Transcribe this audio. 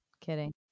Kidding